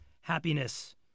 Happiness